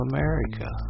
America